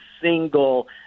single